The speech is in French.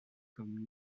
comme